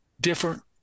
different